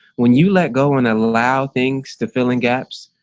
when you let go and allow things to fill in gaps.